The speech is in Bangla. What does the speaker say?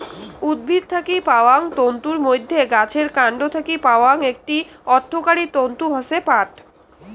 উদ্ভিদ থাকি পাওয়াং তন্তুর মইধ্যে গাছের কান্ড থাকি পাওয়াং একটি অর্থকরী তন্তু হসে পাট